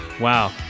Wow